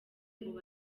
ubu